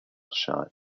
shot